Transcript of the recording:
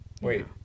Wait